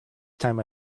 time